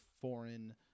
foreign